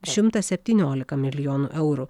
šimtas septyniolika milijonų eurų